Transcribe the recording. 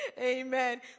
Amen